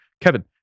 Kevin